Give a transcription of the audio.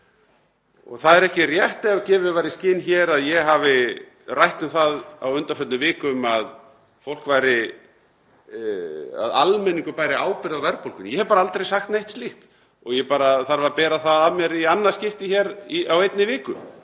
Það er ekki rétt ef gefið var í skyn hér að ég hafi rætt um það á undanförnum vikum að almenningur bæri ábyrgð á verðbólgunni. Ég hef bara aldrei sagt neitt slíkt og ég þarf að bera það af mér í annað skipti hér á einni viku